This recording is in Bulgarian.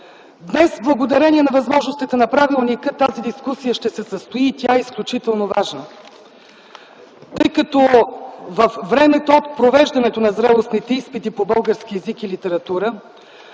Днес, благодарение на възможностите на правилника, тази дискусия ще се състои и тя е изключително важна, тъй като във времето от провеждането на зрелостните изпити по български език и литература,